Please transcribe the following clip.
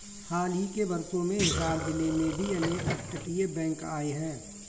हाल ही के वर्षों में हिसार जिले में भी अनेक अपतटीय बैंक आए हैं